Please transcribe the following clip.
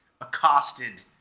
accosted